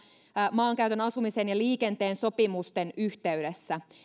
maankäytön asumisen ja liikenteen sopimusten yhteydessä